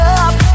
up